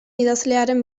idazlearen